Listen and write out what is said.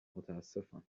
متاسفم